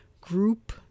group